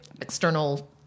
external